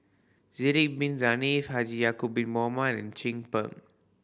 Sidek Bin Saniff Haji Ya'acob Bin Mohamed Chin Peng